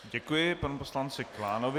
Děkuji panu poslanci Klánovi.